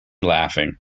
laughing